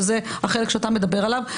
שזה החלק שאתה מדבר עליו,